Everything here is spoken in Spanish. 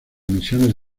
misiones